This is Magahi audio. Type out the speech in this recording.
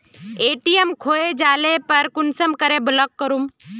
ए.टी.एम खोये जाले पर कुंसम करे ब्लॉक करूम?